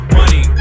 money